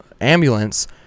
ambulance